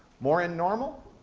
more in normal,